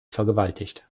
vergewaltigt